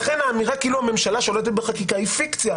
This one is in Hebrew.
לכן האמירה כאילו הממשלה שולטת בחקיקה היא פיקציה.